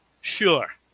Sure